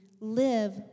live